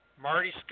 Marty